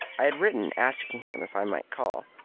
i had written asking him if i might call.